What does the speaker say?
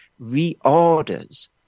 reorders